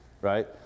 right